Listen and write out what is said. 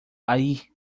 allí